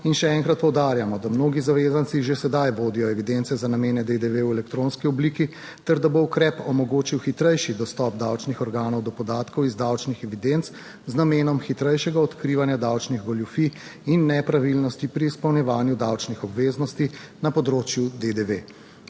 in še enkrat poudarjamo, da mnogi zavezanci že sedaj vodijo evidence za namene DDV v elektronski obliki ter da bo ukrep omogočil hitrejši dostop davčnih organov do podatkov iz davčnih evidenc z namenom hitrejšega odkrivanja davčnih goljufij in nepravilnosti pri izpolnjevanju davčnih obveznosti na področju DDV.